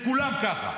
כולם ככה.